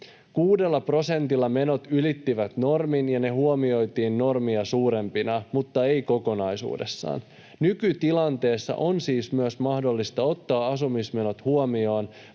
6 prosentilla menot ylittivät normin, ja ne huomioitiin normia suurempina mutta ei kokonaisuudessaan. Nykytilanteessa on siis mahdollista ottaa asumismenot huomioon